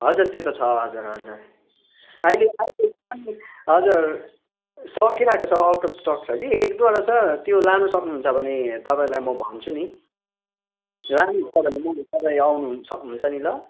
हजुर त्यो त छ हजुर हजुर अहिले हजुर सकिरहेको छ कि आउट अफ स्टक छ कि एक दुइवटा छ त्यो लानु सक्नु हुन्छ भने तपाईँलाई म भन्छु नि लानु हुन्छ भने म तपाईँ आउनु सक्नु हुन्छ नि ल